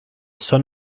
son